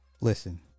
Listen